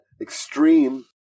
extreme